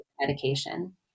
medication